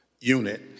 Unit